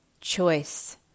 Choice